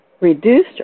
reduced